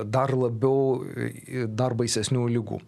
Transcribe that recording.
dar labiau į dar baisesnių ligų